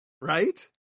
right